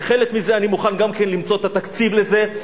וחלק מזה, אני מוכן גם כן למצוא את התקציב לזה.